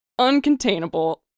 Uncontainable